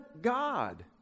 God